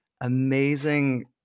amazing